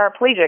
paraplegic